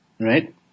Right